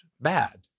bad